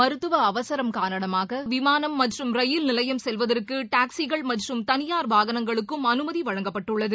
மருத்துவஅவசரம்காரணமாக விமானமற்றும் ரயில் நிலையம் செல்வதற்குடாக்சிகள் மற்றும் தளியார் வாகனங்களுக்கும் அனுமதிவழங்கப்பட்டுள்ளது